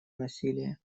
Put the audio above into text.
насилие